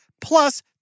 plus